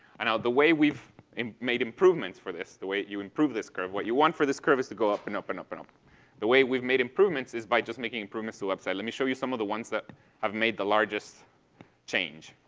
and the way we've um made improvements for this, the way you improve this curve what you want for this curve is to go up and up and up. um the way we've made improvements is by just making improvements to the website. let me show you some of the ones that have made the largest change.